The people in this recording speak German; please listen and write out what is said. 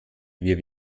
wir